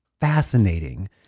fascinating